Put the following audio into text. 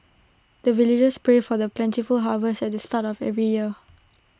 the villagers pray for the plentiful harvest at the start of every year